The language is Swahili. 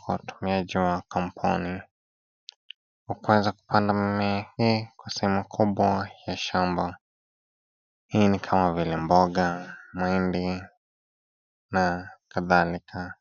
kwa utumiaji wa kampuni na kuweza kupanda mimea hii kwa sehemu kubwa ya shambani. Kama vile mboga mahindi na kadhalika